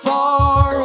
Far